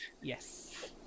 Yes